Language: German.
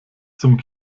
zum